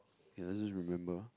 ya I just remember